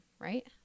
right